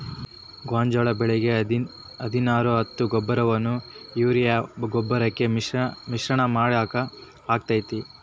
ಗೋಂಜಾಳ ಬೆಳಿಗೆ ಹದಿನಾರು ಹತ್ತು ಗೊಬ್ಬರವನ್ನು ಯೂರಿಯಾ ಗೊಬ್ಬರಕ್ಕೆ ಮಿಶ್ರಣ ಮಾಡಾಕ ಆಕ್ಕೆತಿ?